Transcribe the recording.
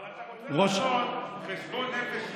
אבל אתה רוצה לעשות חשבון נפש אישי,